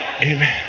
Amen